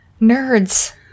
Nerds